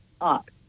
up